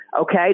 okay